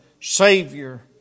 Savior